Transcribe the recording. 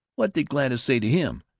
what did gladys say to him?